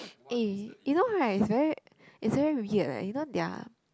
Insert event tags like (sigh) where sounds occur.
(noise) you know right it's very it's very weird leh you know their